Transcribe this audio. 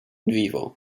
vivo